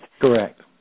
correct